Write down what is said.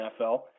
NFL